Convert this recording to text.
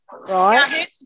right